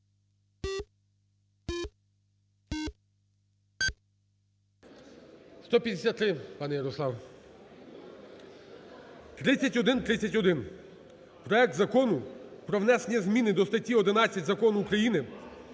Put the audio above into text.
153, пане Ярослав. 3131: проект Закону про внесення зміни до статті 11 Закону України